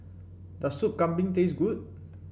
does Soup Kambing taste good